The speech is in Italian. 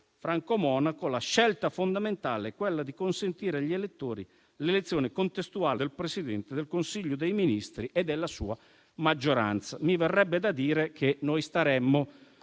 premierato e la scelta fondamentale, cioè quella di consentire agli elettori l'elezione contestuale del Presidente del Consiglio dei ministri e della sua maggioranza. Mi verrebbe da dire che noi staremmo